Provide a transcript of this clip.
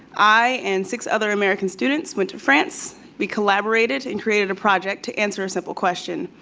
i and six other american students went to france. we collaborated and created a project to answer a simple question.